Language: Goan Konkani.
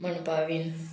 म्हणपाबीन